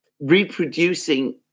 reproducing